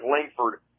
Langford